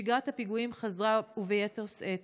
שגרת הפיגועים חזרה, וביתר שאת.